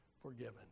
Forgiven